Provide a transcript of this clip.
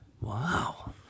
wow